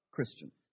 Christians